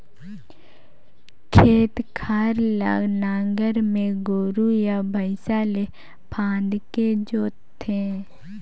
खेत खार ल नांगर में गोरू या भइसा ले फांदके जोत थे